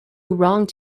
wronged